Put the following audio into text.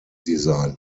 designed